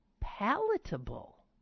palatable